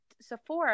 Sephora